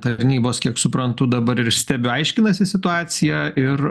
tarnybos kiek suprantu dabar ir stebiu aiškinasi situaciją ir